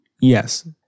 Yes